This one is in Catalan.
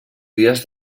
dies